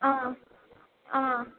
ஆ ஆ